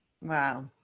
Wow